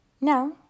Now